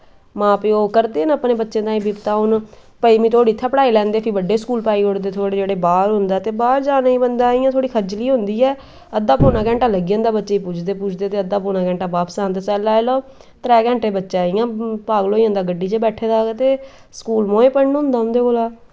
मा प्यो करदे न अपने बच्चें ताई बिपता हून पंजमीं धोड़ी इत्थै पढ़ाई लैंदे फ्ही बड्डे स्कूल पाई ओड़दे न थोह्ड़ा जेल्लै बाह्र होंदा ते बाह्र जाने बंदा इ'यां थोह्ड़ी खज्जली होंदी ऐ अद्धा पौना घैंटा लग्गी जंदा पुजदे पुजदे ते अद्धा पौना घैंटा बापस औंदे लाई लैओ त्रै घैंटे बच्चा इ'यां पागल होई जंदा गड्डी च बैठे दा ते स्कूल मोएं पढ़ना होंदे इं'दे कोला